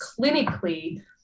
clinically